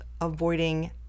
avoiding